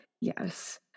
yes